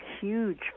huge